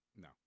No